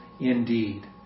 indeed